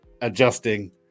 adjusting